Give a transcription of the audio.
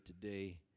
today